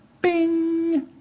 Bing